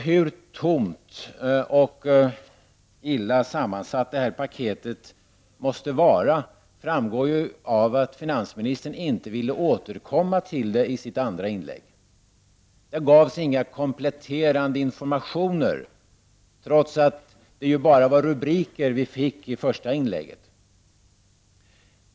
Hur tomt och illa sammansatt detta paket måste vara framgår av att finansministern inte ville återkomma till det i sitt andra inlägg. Där gavs ingen kompletterande information, trots att det bara var rubriker vi fick i det första inlägget.